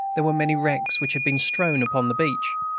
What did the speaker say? there were many wrecks which had been strown upon the beach,